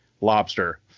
Lobster